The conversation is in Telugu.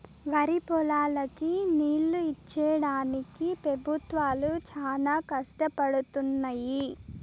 వరిపొలాలకి నీళ్ళు ఇచ్చేడానికి పెబుత్వాలు చానా కష్టపడుతున్నయ్యి